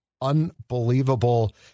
unbelievable